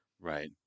Right